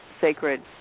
sacred